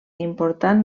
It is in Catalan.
important